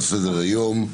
על סדר היום: